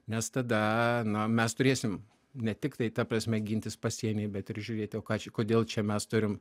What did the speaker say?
nes tada na mes turėsim ne tiktai ta prasme gintis pasienyje bet ir žiūrėti o ką čia kodėl čia mes turim